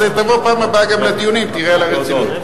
אז תבוא בפעם הבאה גם לדיונים ותראה את הרצינות.